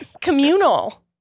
communal